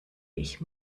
ich